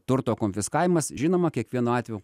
turto konfiskavimas žinoma kiekvienu atveju